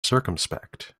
circumspect